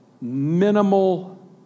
minimal